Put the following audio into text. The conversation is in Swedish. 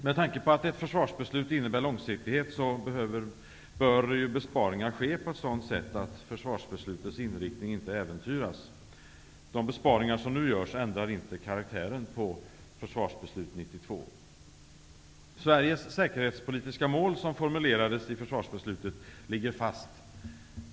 Med tanke på att ett försvarsbeslut innebär långsiktighet bör besparingar ske på ett sådant sätt att försvarsbeslutets inriktning inte äventyras. De besparingar som nu görs ändrar inte karaktären på försvarsbeslutet 1992. Sveriges säkerhetspolitiska mål, som formulerades i försvarsbeslutet, ligger fast.